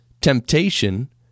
Temptation